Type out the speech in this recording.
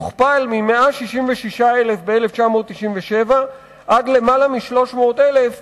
הוכפל מ-166,000 ב-1997 עד למעלה מ-300,000 השנה.